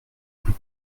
plus